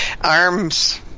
arms